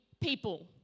People